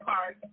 Park